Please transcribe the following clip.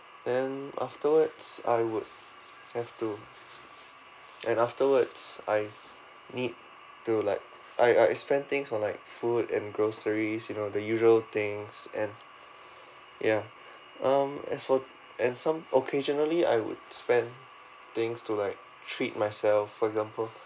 then afterwards I would have to and afterwards I need to like I I spent things on like food and groceries you know the usual things and ya um as for as some occasionally I would spend things to like treat myself for example